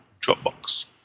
Dropbox